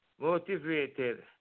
Motivated